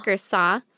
saw